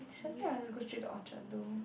go straight to Orchard though